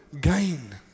gain